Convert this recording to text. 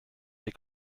they